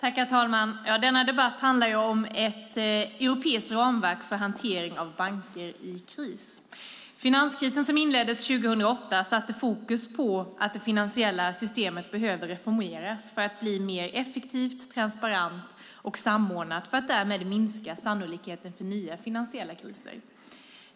Herr talman! Denna debatt handlar om ett europeiskt ramverk för hantering av banker i kris. Finanskrisen, som inleddes 2008, satte fokus på att det finansiella systemet behöver reformeras för att bli mer effektivt, transparent och samordnat, för att därmed minska sannolikheten för nya finansiella kriser.